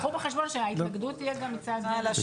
קחו בחשבון שההתנגדות תהיה גם מצד הלשכות המקצועיות.